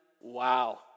wow